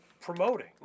promoting